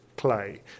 Play